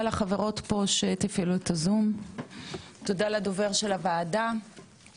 תודה לדובר של הוועדה ותודה לכל המשרדים,